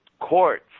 courts